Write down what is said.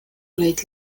olid